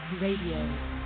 Radio